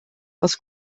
els